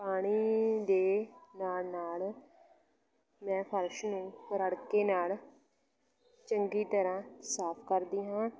ਪਾਣੀ ਦੇ ਨਾਲ ਨਾਲ ਮੈਂ ਫਰਸ਼ ਨੂੰ ਰੜਕੇ ਨਾਲ ਚੰਗੀ ਤਰ੍ਹਾਂ ਸਾਫ ਕਰਦੀ ਹਾਂ